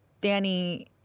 Danny